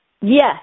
Yes